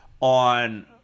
on